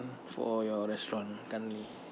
for your restaurant currently